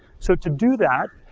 so to do that,